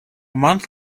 month